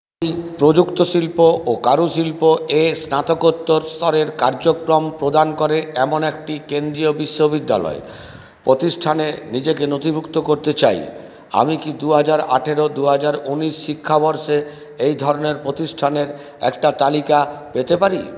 আমি প্রযুক্ত শিল্প ও কারুশিল্প এ স্নাতকোত্তর স্তরের কার্যক্রম প্রদান করে এমন একটি কেন্দ্রীয় বিশ্ববিদ্যালয় প্রতিষ্ঠানে নিজেকে নথিভুক্ত করতে চাই আমি কি দু হাজার আঠারো দু হাজার ঊনিশ শিক্ষাবর্ষে এই ধরনের প্রতিষ্ঠানের একটা তালিকা পেতে পারি